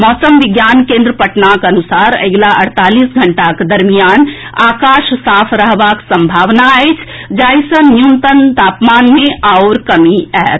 मौसम विज्ञान केन्द्र पटनाक अनुसार अगिला अड़तालीस घंटाक दरमियान आकाश साफ रहबाक संभावना अछि जाहि सँ न्यूनतम तापमान मे आओर कमी होएत